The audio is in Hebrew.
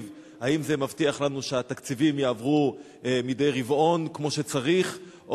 מבטיח לנו שהתקציבים יעברו מדי רבעון כמו שצריך,